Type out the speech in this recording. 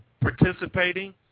participating